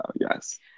yes